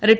റിട്ട